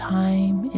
time